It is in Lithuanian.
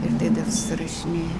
ir tai dar susirašinėjo